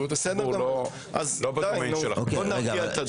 בואו נרגיע את הדיון.